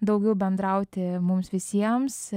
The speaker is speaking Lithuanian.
daugiau bendrauti mums visiems